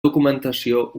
documentació